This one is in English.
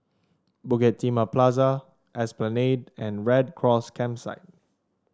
Bukit Timah Plaza Esplanade and Red Cross Campsite